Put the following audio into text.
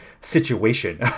situation